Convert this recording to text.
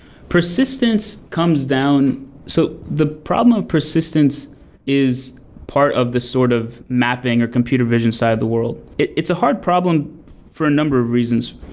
persistence comes down so the problem of persistence is part of the sort of mapping or computer vision side of the world. it's a hard problem for a number of reasons,